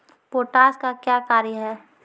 Potash का क्या कार्य हैं?